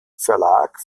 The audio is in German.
verlag